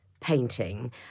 painting